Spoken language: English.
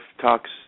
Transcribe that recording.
talks